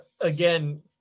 again